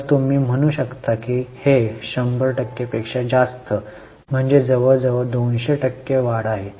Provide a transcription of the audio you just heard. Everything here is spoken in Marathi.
तर तुम्ही म्हणू शकता की हे १०० टक्के पेक्षा जास्त म्हणजे जवळजवळ २०० टक्के वाढ आहे